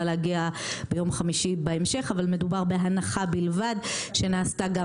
להגיע ביום חמישי בהמשך אבל מדובר בהנחה בלבד שנעשתה גם בעבר.